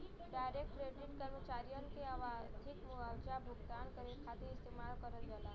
direct credit कर्मचारियन के आवधिक मुआवजा भुगतान करे खातिर इस्तेमाल करल जाला